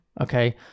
Okay